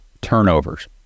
turnovers